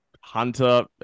Hunter